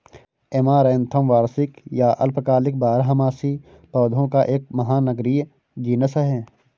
amaranthus वार्षिक या अल्पकालिक बारहमासी पौधों का एक महानगरीय जीनस है